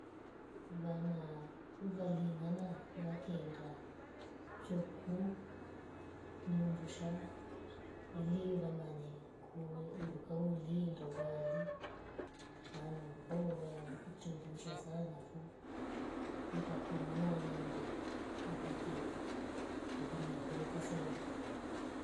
Vana valikana vakenda chuokiku ni undusha ili vamenyo kuo kauli ndo vali maana uru kauwa vali kutwe eliusha sana foo yetakwe mwana aende apate elimu ya doka zaidi.